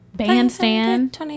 bandstand